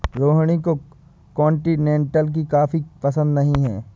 रोहिणी को कॉन्टिनेन्टल की कॉफी पसंद नहीं है